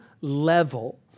level